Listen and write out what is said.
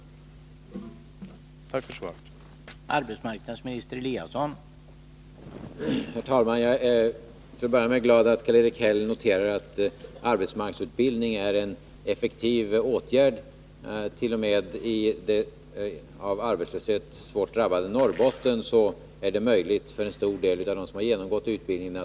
Tack för svaret!